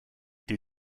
due